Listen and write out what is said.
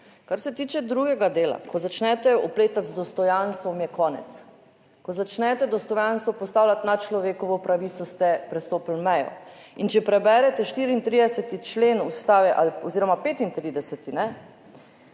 Kar se tiče drugega dela, ko začnete opletati z dostojanstvom, je konec. Ko začnete dostojanstvo postavljati na človekovo pravico, ste prestopili mejo in če preberete 34. člen Ustave oziroma 35.,